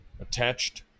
attached